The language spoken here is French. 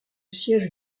siège